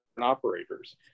operators